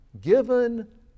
given